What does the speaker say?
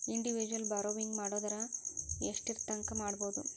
Individual borrowing ಮಾಡೊದಾರ ಯೆಷ್ಟರ್ತಂಕಾ ಮಾಡ್ಬೋದು?